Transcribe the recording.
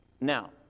Now